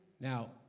Now